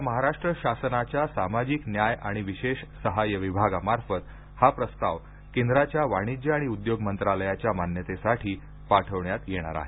आता महाराष्ट्र शासनाच्या सामाजिक न्याय आणि विशेष सहाय्य विभागामार्फत हा प्रस्ताव केंद्राच्या वाणिज्य आणि उद्योग मंत्रालयाच्या मान्यतेसाठी पाठविण्यात येणार आहे